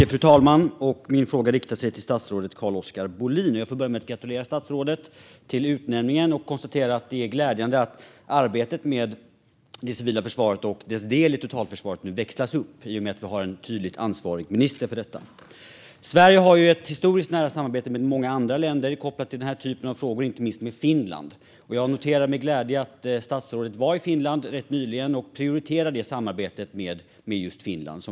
Fru talman! Min fråga riktar sig till statsrådet Carl-Oskar Bohlin. Jag får börja med att gratulera statsrådet till utnämningen. Jag konstaterar att det är glädjande att arbetet med det civila försvaret och dess del i totalförsvaret nu växlas upp i och med att vi har en tydligt ansvarig minister för detta. Sverige har ett historiskt nära samarbete med många andra länder kopplat till den här typen av frågor och inte minst med Finland. Jag noterar med glädje att statsrådet var i Finland rätt nyligen och prioriterar samarbetet med just Finland.